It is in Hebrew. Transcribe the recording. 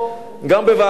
גם בוועדות,